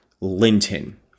Linton